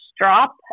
drop